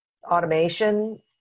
Automation